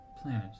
planet